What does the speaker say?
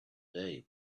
day